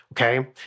okay